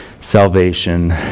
salvation